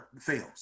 fails